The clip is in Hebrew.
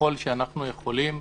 ככל שאנחנו יכולים,